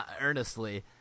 earnestly